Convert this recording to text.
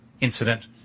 incident